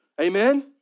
Amen